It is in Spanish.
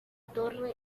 torre